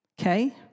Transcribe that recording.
Okay